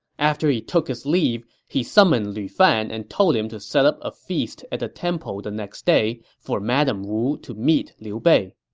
after he took his leave, he summoned lu fan and told him to set up a feast at the temple the next day for madame wu to meet liu bei